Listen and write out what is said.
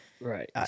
Right